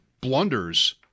blunders